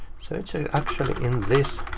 so it's ah actually in this